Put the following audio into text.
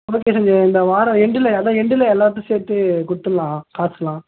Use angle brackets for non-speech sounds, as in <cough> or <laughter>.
<unintelligible> சஞ்ஜய் இந்த வாரம் எண்டில் அதுதான் எண்டில் எல்லாத்துக்கும் சேர்த்து கொடுத்துர்லாம் காசெலாம்